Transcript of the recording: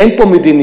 אין פה מדיניות.